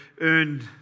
earned